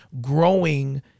growing